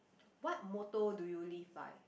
what motto do you live by